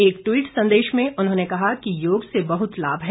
एक ट्वीट संदेश में उन्होंने कहा कि योग से बहत लाभ हैं